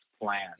plan